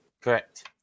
correct